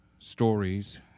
stories